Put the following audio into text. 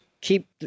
keep